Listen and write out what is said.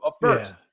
first